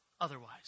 otherwise